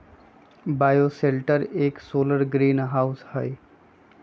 bioshelter एक solar greenhouse हई